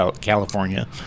California